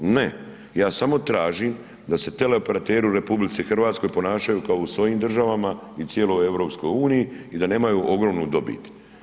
Ne, ja samo tražim da se teleoperateri u RH ponašaju kao u svojim državama i cijeloj EU i da nemaju ogromnu dobit.